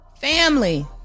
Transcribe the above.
Family